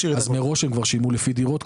השאיר --- אבל מראש הם כבר שילמו --- לפי דירות.